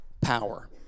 power